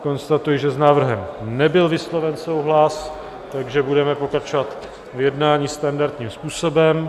Konstatuji, že s návrhem nebyl vysloven souhlas, takže budeme pokračovat v jednání standardním způsobem.